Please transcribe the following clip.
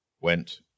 went